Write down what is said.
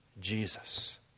Jesus